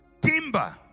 Timber